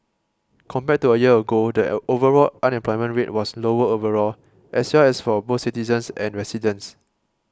compared to a year ago that overall unemployment rate was lower overall as well as for both citizens and residents